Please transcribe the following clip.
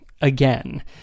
again